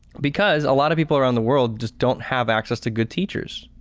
because a lot of people around the world just don't have access to good teachers.